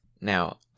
Now